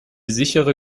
sichere